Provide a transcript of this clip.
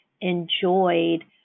enjoyed